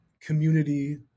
community